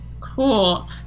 Cool